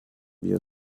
wir